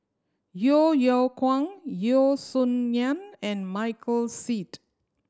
Yeo Yeow Kwang Yeo Song Nian and Michael Seet